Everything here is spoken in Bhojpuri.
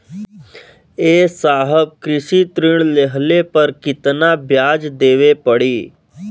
ए साहब कृषि ऋण लेहले पर कितना ब्याज देवे पणी?